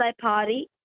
party